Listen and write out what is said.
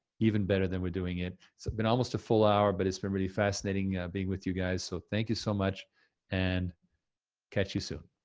even better than we're doing it. so it's been almost a full hour, but it's been really fascinating being with you guys, so thank you so much and catch you soon.